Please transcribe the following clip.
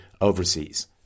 overseas